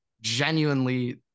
genuinely